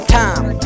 time